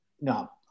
No